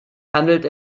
handelt